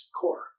core